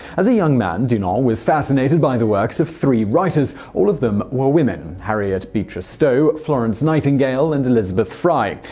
as a young man, and you know dunant was fascinated by the works of three writers, all of them women harriet beecher stowe, florence nightingale, and elizabeth fry.